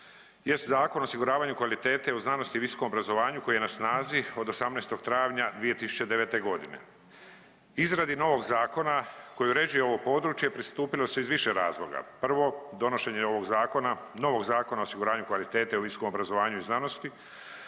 jest Zakon o osiguravanju kvalitete u znanosti i visokom obrazovanju koji je na snazi od 18. travnja 2009.g.. Izradi novog zakona koji uređuje ovo područje pristupilo se iz više razloga. Prvo donošenje ovog zakona, novog Zakona o osiguravanju kvalitete u visokom obrazovanju i znanosti